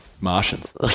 Martians